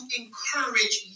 encourage